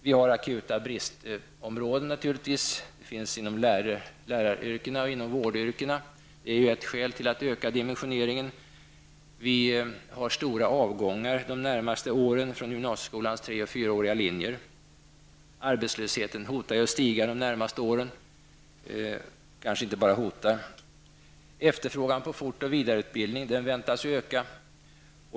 Vi har naturligtvis, exempelvis inom läraryrkena och vårdyrkena, akuta bristområden, vilket är ett skäl till att öka dimensioneringen. Vi har de närmaste åren stora avgångar från gymnasieskolans tre och fyraåriga linjer. Arbetslösheten hotar att stiga de närmaste åren -- den kanske inte bara hotar att stiga, utan gör det. Efterfrågan på fort och vidareutbildning väntas öka.